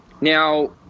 Now